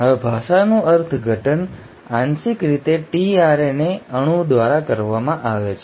હવે ભાષાનું અર્થઘટન આંશિક રીતે tRNA અણુ દ્વારા કરવામાં આવે છે